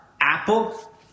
Apple